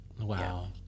Wow